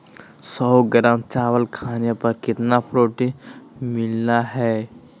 सौ ग्राम चावल खाने पर कितना प्रोटीन मिलना हैय?